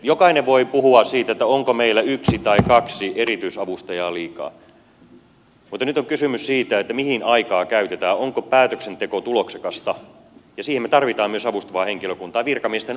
jokainen voi puhua siitä onko meillä yksi tai kaksi erityisavustajaa liikaa mutta nyt on kysymys siitä mihin aikaa käytetään onko päätöksenteko tuloksekasta ja siihen me tarvitsemme myös avustavaa henkilökuntaa virkamiesten ohella